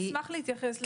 אני אשמח להתייחס לזה.